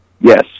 Yes